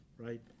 Right